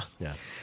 Yes